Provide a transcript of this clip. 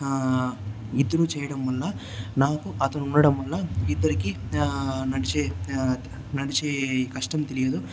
ఇద్దరూ చేయడం వల్ల నాకు అతను ఉండడం వల్ల ఇద్దరికీ నడిచే నడిచే కష్టం తెలియదు